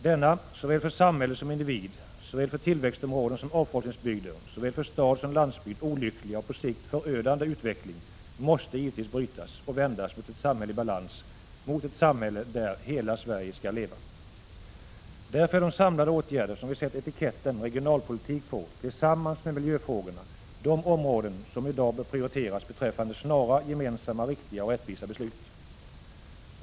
Denna såväl för samhället som individ, såväl för tillväxtområden som avfolkningsbygder och såväl för stad som landsbygd olyckliga och på sikt förödande utveckling måste givetvis brytas och vändas i riktning mot ett samhälle i balans, mot ett samhälle där hela Sverige skall leva. Därför är de samlade åtgärder som vi sätter etiketten regionalpolitik på, tillsammans med miljöfrågorna, det område som i dag bör prioriteras vad gäller snara, gemensamma, viktiga och rättvisa beslut.